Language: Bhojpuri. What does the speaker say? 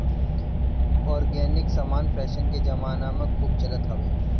ऑर्गेनिक समान फैशन के जमाना में खूब चलत हवे